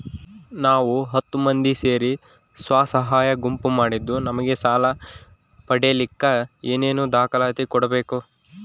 ನಾವು ಹತ್ತು ಮಂದಿ ಸೇರಿ ಸ್ವಸಹಾಯ ಗುಂಪು ಮಾಡಿದ್ದೂ ನಮಗೆ ಸಾಲ ಪಡೇಲಿಕ್ಕ ಏನೇನು ದಾಖಲಾತಿ ಕೊಡ್ಬೇಕು?